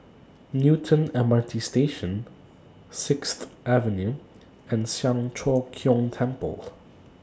Newton M R T Station Sixth Avenue and Siang Cho Keong Temple